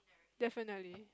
definitely